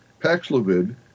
Paxlovid